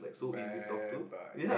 bad bye